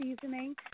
seasoning